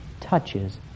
touches